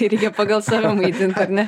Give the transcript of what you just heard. tai reikia pagal save maitint ar ne